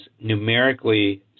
numerically